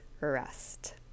rest